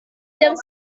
jam